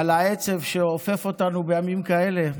על העצב שאופף אותנו בימים כאלה.